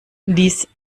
dies